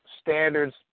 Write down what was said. standards